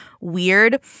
weird